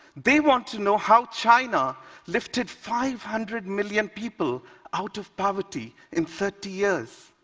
they want to know how china lifted five hundred million people out of poverty in thirty years,